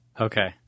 Okay